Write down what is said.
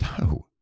No